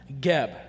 Geb